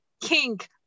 kink